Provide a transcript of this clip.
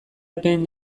epeen